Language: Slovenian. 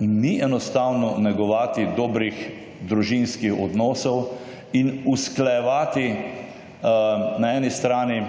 ni enostavno negovati dobrih družinskih odnosov in usklajevati na eni strani